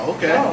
Okay